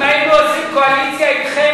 אם היינו עושים קואליציה אתכם,